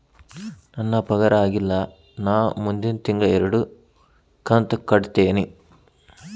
ನನ್ನ ಪಗಾರ ಆಗಿಲ್ಲ ನಾ ಮುಂದಿನ ತಿಂಗಳ ಎರಡು ಕಂತ್ ಕಟ್ಟತೇನಿ